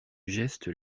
geste